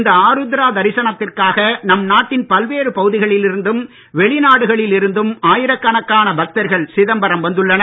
இந்த ஆருத்ரா தரிசனத்திற்காக நம் நாட்டின் பல்வேறு பகுதிகளில் இருந்தும் வெளி நாடுகளில் இருந்தும் ஆயிரக்கணக்கான பக்தர்கள் சிதம்பரம் வந்துள்ளனர்